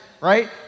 right